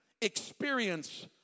experience